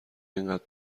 اینقدر